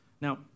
Now